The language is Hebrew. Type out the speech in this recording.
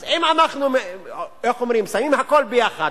אז אם אנחנו שמים הכול יחד,